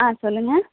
ஆ சொல்லுங்கள்